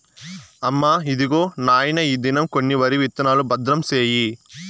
అమ్మా, ఇదిగో నాయన ఈ దినం కొన్న వరి విత్తనాలు, భద్రం సేయి